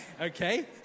Okay